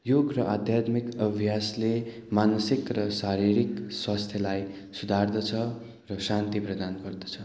योग र आध्यात्मिक अभ्यासले मानसिक र शारीरिक स्वास्थ्यलाई सुधार्दछ र शान्ति प्रदान गर्दछ